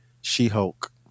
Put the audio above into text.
She-Hulk